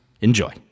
Enjoy